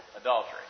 adultery